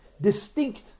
distinct